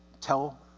tell